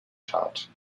tat